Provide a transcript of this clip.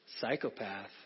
psychopath